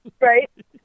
Right